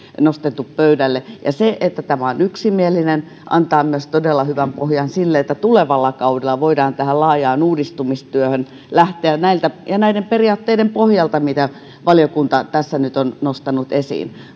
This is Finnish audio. nostettu pöydälle ja se että tämä on yksimielinen antaa myös todella hyvän pohjan sille että tulevalla kaudella voidaan tähän laajaan uudistustyöhön lähteä näiden periaatteiden pohjalta mitä valiokunta tässä nyt on nostanut esiin